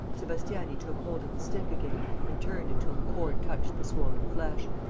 sebastiani took hold of the stick again and turned until the cord touched the swollen flesh.